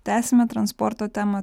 tęsime transporto temą tai aktuali tema